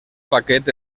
paquet